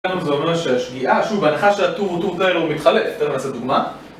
זה אומר שהשגיאה, שוב, ההנחה היא שהטור הוא טור טיילור מתחלף, תכף נעשה דוגמה...